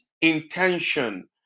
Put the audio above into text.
intention